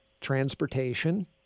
transportation